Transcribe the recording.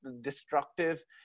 destructive